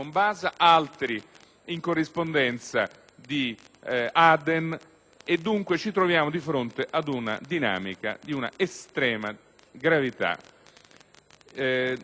in corrispondenza di Aden. Ci troviamo dunque di fronte ad una dinamica di una estrema gravità.